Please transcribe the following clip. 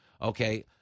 okay